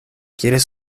quieres